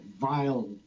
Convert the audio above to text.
vile